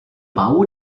bau